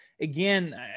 Again